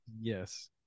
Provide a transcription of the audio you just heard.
yes